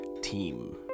Team